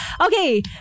Okay